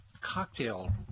cocktail